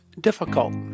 difficult